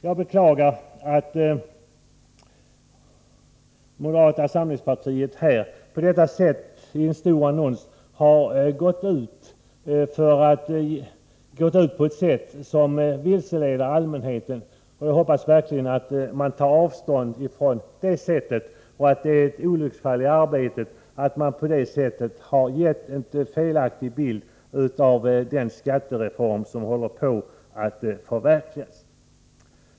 Jag beklagar att moderata samlingspartiet i en sådan här stor annons har gått ut på ett sätt som vilseleder allmänheten. Jag hoppas verkligen att man tar avstånd från dessa uppgifter och att det är ett olycksfall i arbetet att man gett en felaktig bild av den skattereform som håller på att förverkligas.